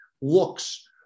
looks